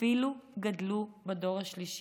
ואפילו גדלו בדור השלישי.